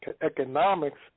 economics